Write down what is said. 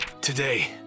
today